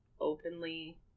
openly